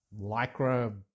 lycra